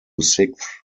sixth